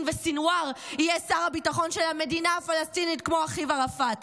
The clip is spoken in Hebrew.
וסנוואר יהיה שר הביטחון של המדינה הפלסטינית כמו אחיו ערפאת.